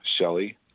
Shelly